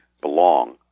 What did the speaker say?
belong